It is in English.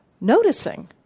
noticing